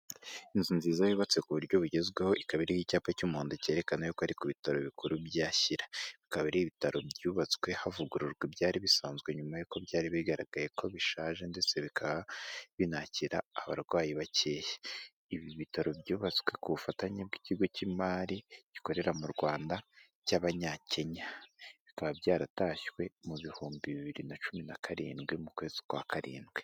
Inzu nziza yubatse ku buryo bugezweho, ikaba iriho icyapa cy'umuhondo cyerekana ko ari ku bitaro bikuru bya Shyira. Bikaba ari ibitaro byubatswe havugururwa ibyari bisanzwe, nyuma y'uko byari bigaragaye ko bishaje, ndetse bikaba binakira abarwayi bakeye. Ibi bitaro byubatswe ku bufatanye bw'ikigo cy'imari gikorera mu Rwanda cy'Abanyakenya. Bikaba byaratashywe mu bihumbi bibiri na cumi na karindwi mu kwezi kwa Karindwi.